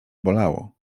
bolało